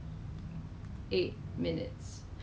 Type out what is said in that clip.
okay err 没有没有他就是